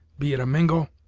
be it a mingo,